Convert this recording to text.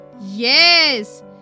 Yes